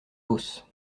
hausse